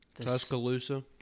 Tuscaloosa